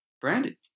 Brandy